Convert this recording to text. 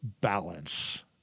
balance